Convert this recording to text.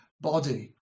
body